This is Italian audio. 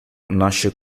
nasce